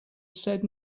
said